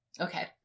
Okay